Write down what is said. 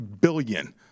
billion